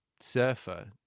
surfer